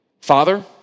Father